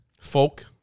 Folk